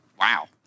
Wow